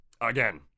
again